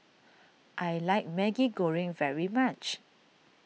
I like Maggi Goreng very much